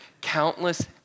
countless